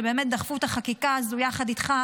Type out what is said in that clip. שבאמת דחפו את החקיקה הזו יחד איתך,